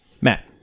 Matt